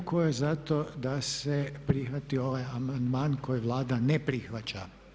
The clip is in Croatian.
Tko je za to da se prihvati ovaj amandman koji Vlada ne prihvaća?